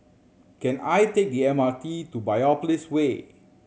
can I take the M R T to Biopolis Way